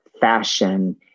fashion